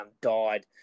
died